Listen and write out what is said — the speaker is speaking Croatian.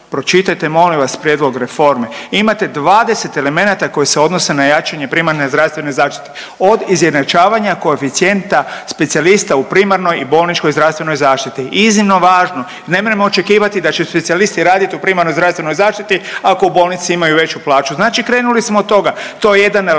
Pročitajte molim vas prijedlog reforme. Imate 20 elemenata koji se odnose na jačanje primarne zdravstvene zaštite, od izjednačavanja koeficijenta specijalista u primarnoj i bolničkoj zdravstvenoj zaštiti. Iznimno važno, nemremo očekivati da će specijalisti raditi u primarnoj zdravstvenoj zaštiti ako u bolnici imaju veću plaću. Znači krenuli smo od toga, to je jedan element.